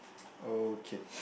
okay